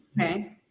Okay